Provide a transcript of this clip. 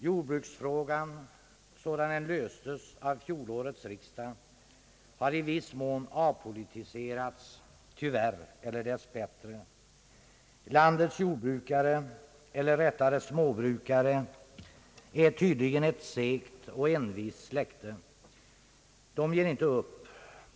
Jordbruksfrågan, sådan den löstes av fjolårets riksdag, har i viss mån avpolitiserats, tyvärr eller dess bättre. Landets jordbrukare — eller rättare småbrukare — är tydligen ett segt och envist släkte. De ger inte upp.